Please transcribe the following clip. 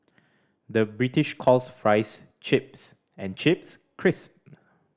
the British calls fries chips and chips crisp